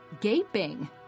gaping